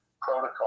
protocol